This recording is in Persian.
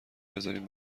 بذارین